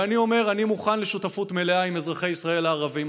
ואני אומר: אני מוכן לשותפות מלאה עם אזרחי ישראל הערבים.